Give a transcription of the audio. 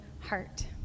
heart